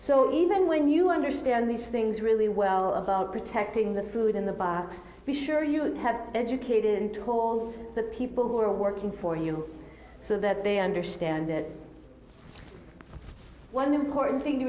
so even when you understand these things really well about protecting the food in the box be sure you have educated and told the people who are working for you so that they understand that one important thing to